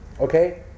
okay